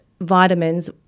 vitamins